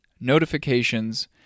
notifications